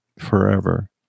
forever